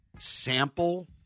Sample